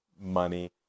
money